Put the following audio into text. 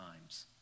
times